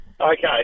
Okay